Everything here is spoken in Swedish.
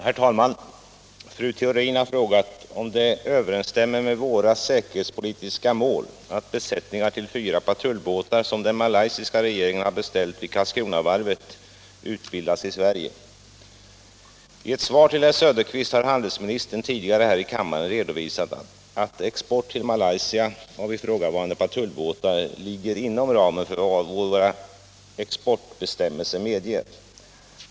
Herr talman! Fru Theorin har frågat om det överensstämmer med våra säkerhetspolitiska mål att besättningar till fyra patrullbåtar som den malaysiska regeringen har beställt vid Karlskronavarvet utbildas i Sverige. I ett svar till herr Söderqvist har handelsministern tidigare här i kammaren redovisat att export till Malaysia av ifrågavarande patrullbåtar lig ger inom ramen för vad våra exportbestämmelser medger.